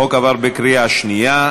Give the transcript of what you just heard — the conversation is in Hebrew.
החוק עבר בקריאה שנייה.